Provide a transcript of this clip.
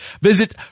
visit